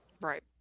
Right